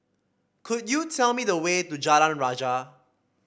could you tell me the way to Jalan Rajah